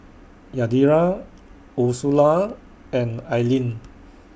Yadira Ursula and Ailene